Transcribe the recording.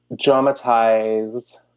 dramatize